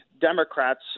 Democrats